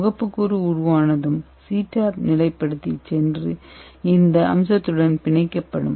முகப்புக்கூறு உருவானதும் CTAB நிலைப்படுத்தி சென்று இந்த அம்சத்துடன் பிணைக்கப்படும்